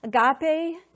Agape